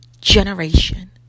generation